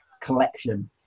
collection